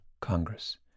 Congress